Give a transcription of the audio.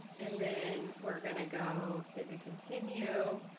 and then we're going to go save and continue.